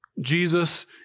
Jesus